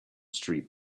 street